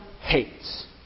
hates